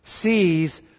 sees